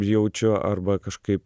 jaučiu arba kažkaip